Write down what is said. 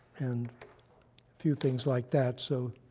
and a few things like that. so